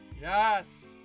yes